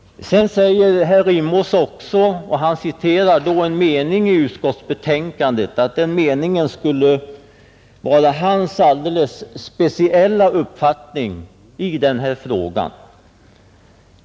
Herr Rimås citerar också en mening i utskottsbetänkandet och säger att den skulle uttrycka hans alldeles speciella uppfattning i denna fråga.